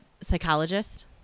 psychologist